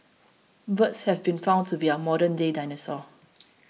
birds have been found to be our modernday dinosaur